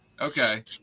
Okay